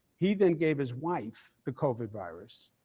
he then gave his wife the covid virus.